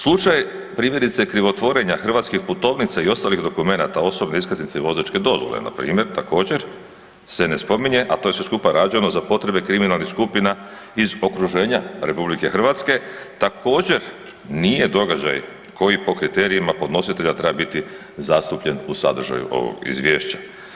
Slučaj primjerice krivotvorenja hrvatskih putovnica i ostalih dokumenata osobne iskaznice i vozačke dozvole npr. također se ne spominje, a to je sve skupa rađeno za potrebe kriminalnih skupina iz okruženja RH, također nije događaj koji po kriterijima podnositelja treba biti zastupljen u sadržaju ovog izvješća.